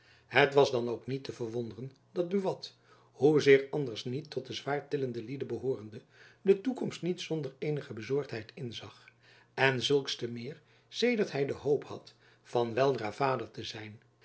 het was dan ook niet te verwonderen dat buat hoezeer anders niet tot de zwaartillende lieden behoorende de toekomst niet zonjacob van lennep elizabeth musch der eenige bezorgheid inzag en zulks te meer sedert hy de hoop had van weldra vader te zijn